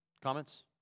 comments